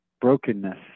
brokenness